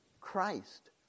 Christ